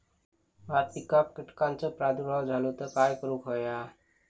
भात पिकांक कीटकांचो प्रादुर्भाव झालो तर काय करूक होया?